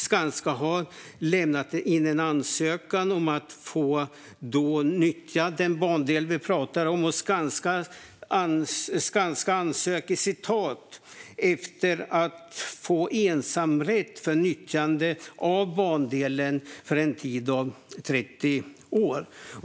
Skanska har lämnat in en ansökan om att få nyttja den bandel vi talar om. Det är fråga om ensamrätt till nyttjande av bandelen under en tid av 30 år.